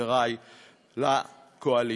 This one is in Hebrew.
חברי לקואליציה.